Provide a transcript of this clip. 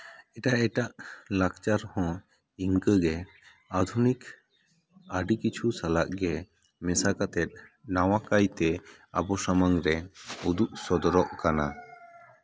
ᱮᱴᱟᱜ ᱮᱴᱟᱜ ᱞᱟᱠᱪᱟᱨ ᱦᱚᱸ ᱤᱱᱠᱟᱹᱜᱮ ᱟᱹᱫᱷᱩᱱᱤᱠ ᱟᱹᱰᱤ ᱠᱤᱪᱷᱩ ᱥᱟᱞᱟᱜ ᱜᱮ ᱢᱮᱥᱟ ᱠᱟᱛᱮᱫ ᱱᱟᱣᱟ ᱠᱟᱭᱛᱮ ᱟᱵᱚ ᱥᱟᱢᱟᱝ ᱨᱮ ᱩᱫᱩᱜ ᱥᱚᱫᱚᱨᱚᱜ ᱠᱟᱱᱟ